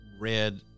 read